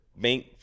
bank